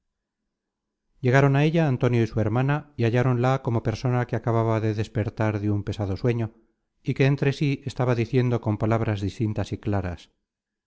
llegaron a ella antonio y su hermana y halláronla como persona que acababa de despertar de un pesado sueño y que entre sí estaba diciendo con palabras distintas y claras